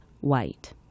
white